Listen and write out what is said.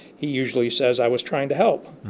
he usually says i was trying to help.